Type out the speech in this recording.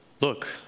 Look